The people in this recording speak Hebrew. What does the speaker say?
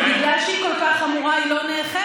אבל בגלל שהיא כל כך חמורה היא לא נאכפת.